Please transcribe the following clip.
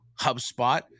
HubSpot